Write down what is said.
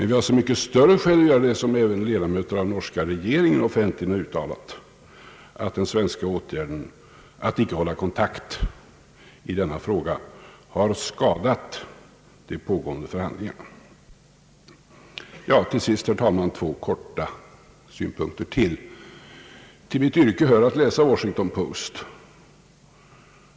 Vi har så mycket större skäl att göra det som även ledamöter av den norska regeringen offentligt har uttalat, att den svenska åtgärden att icke hålla kontakt i denna fråga har skadat de pågående förhandlingarna. Slutligen, herr talman, ytterligare två synpunkter. Till mitt yrke hör att läsa Washington Post.